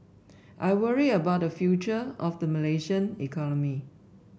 I worry about the future of the Malaysian economy